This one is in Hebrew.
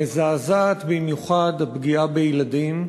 מזעזעת במיוחד הפגיעה בילדים,